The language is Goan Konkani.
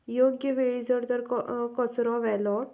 योग्य वेळी जर तर कचरो व्हेलो